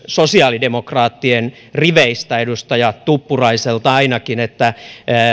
sosiaalidemokraattien riveistä edustaja tuppuraiselta ainakin niin että